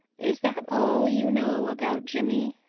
is that all you know about jimmy?